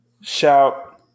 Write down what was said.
shout